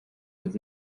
with